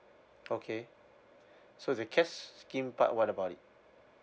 okay so the cash scheme part what about it